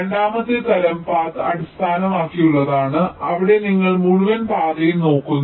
രണ്ടാമത്തെ തരം പാത്ത് അടിസ്ഥാനമാക്കിയുള്ളതാണ് അവിടെ നിങ്ങൾ മുഴുവൻ പാതയും നോക്കുന്നു